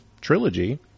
trilogy